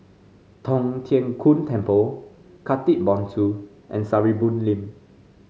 Tong Tien Kung Temple Khatib Bongsu and Sarimbun Lane